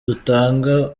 dutanga